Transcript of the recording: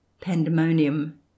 pandemonium